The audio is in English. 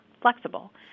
flexible